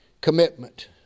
commitment